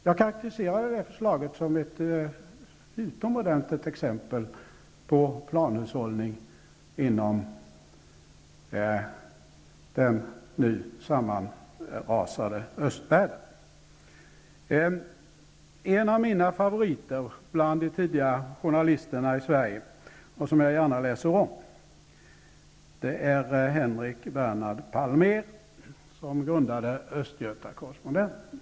Jag karakteriserar det förslaget som ett utomordentligt exempel på planhushållning inom den nu sammanrasade östvärlden. En av mina favoriter bland tidigare journalister i Sverige, vars alster jag gärna läser om, är Henrik Correspondenten.